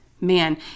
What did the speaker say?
Man